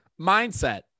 mindset